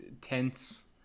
tense